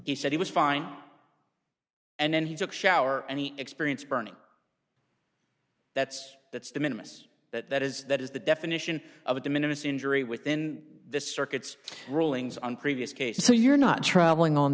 he said he was fine and then he took shower any experience burning that's that's the minimum is that that is that is the definition of a de minimus injury within the circuits rulings on previous cases so you're not traveling on